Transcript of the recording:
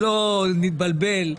שלא נתבלבל,